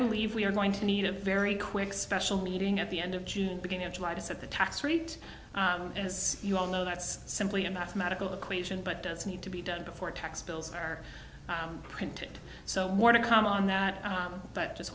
believe we are going to need a very quick special meeting at the end of june beginning of july to set the tax rate as you all know that's simply a mathematical equation but does need to be done before tax bills are printed so more to come on that but just